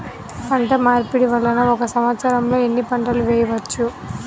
పంటమార్పిడి వలన ఒక్క సంవత్సరంలో ఎన్ని పంటలు వేయవచ్చు?